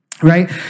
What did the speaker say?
right